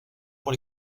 pour